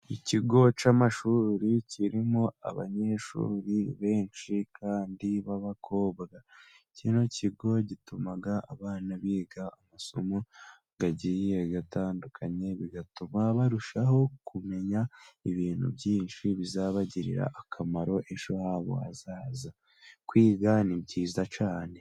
Ikigo cy'amashuri kirimo abanyeshuri benshi kandi b'abakobwa kino kigo gituma abana biga amasomo agiye atandukanye, bigatuma barushaho kumenya ibintu byinshi bizabagirira akamaro ejo habo hazaza kwiga ni byiza cyane.